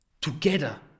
together